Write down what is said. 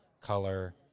color